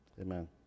Amen